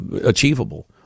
achievable